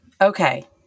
Okay